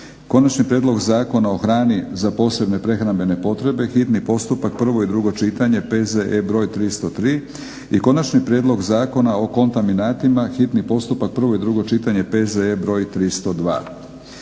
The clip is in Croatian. Konačni prijedlog Zakona o hrani za posebne prehrambene potrebe, hitni postupak, prvo i drugo čitanje, P.Z.E. br. 303, - Konačni prijedlog Zakona o kontaminantima, hitni postupak, prvo i drugo čitanje, P.Z.E. br. 302